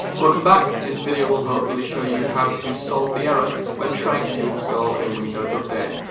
welcome back, this video will hopefully show you how to solve the error when trying to install a windows update.